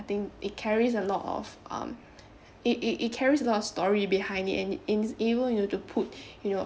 I think it carries a lot of um it it it carries a lot of story behind it and it able you to put you know